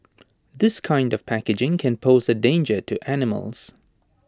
this kind of packaging can pose A danger to animals